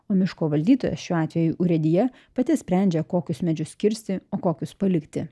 o miško valdytojas šiuo atveju urėdija pati sprendžia kokius medžius kirsti o kokius palikti